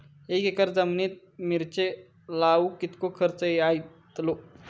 दोन एकर जमिनीत मिरचे लाऊक कितको खर्च यातलो?